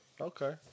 Okay